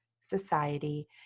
society